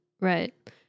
Right